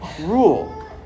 rule